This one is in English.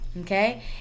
okay